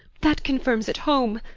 that confirms it home.